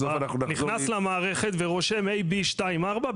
נכנס למערכת ורושם AB24,